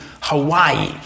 Hawaii